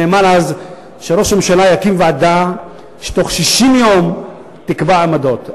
נאמר אז שראש הממשלה יקים ועדה שבתוך 60 יום תקבע עמדות.